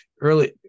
early